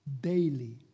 daily